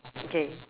okay